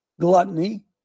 gluttony